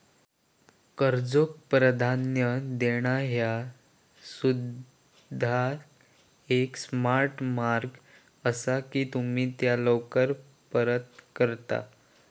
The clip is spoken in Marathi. कर्जाक प्राधान्य देणा ह्या सुद्धा एक स्मार्ट मार्ग असा की तुम्ही त्या लवकर परत करता